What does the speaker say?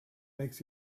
makes